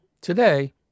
today